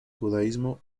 judaísmo